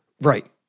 Right